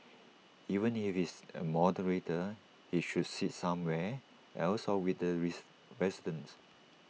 even if he is A moderator he should sit somewhere else or with the raise residents